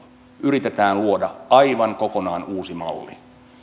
yritetään luoda aivan kokonaan uusi malli